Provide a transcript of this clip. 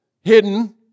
hidden